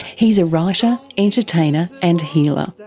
he's a writer, entertainer and healer,